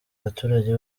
baturage